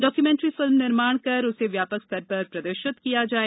documentary film निर्माण कर उसे व्यापक स्तर पर प्रदर्शित किया जाये